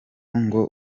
ngo